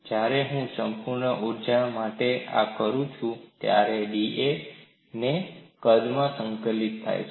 જ્યારે હું સંપૂર્ણ ઊર્જા માટે આ કરું છું ત્યારે આ dA ને કદમાં સંક્લિત થાય છે